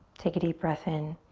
take a deep breath in.